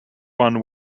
one